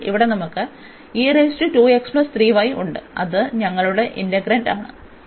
അതിനാൽ ഇവിടെ നമുക്ക് ഉണ്ട് അത് ഞങ്ങളുടെ ഇന്റഗ്രന്റ് ആണ്